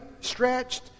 stretched